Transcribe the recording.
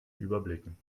überblicken